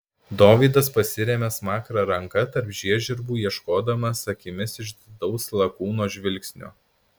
dovydas pasiremia smakrą ranka tarp žiežirbų ieškodamas akimis išdidaus lakūno žvilgsnio